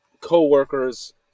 co-workers